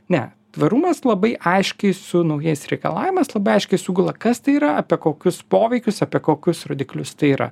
ne tvarumas labai aiškiai su naujais reikalavimais labai aiškiai sugula kas tai yra apie kokius poveikius apie kokius rodiklius tai yra